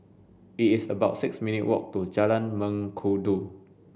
it is about six minutes' walk to Jalan Mengkudu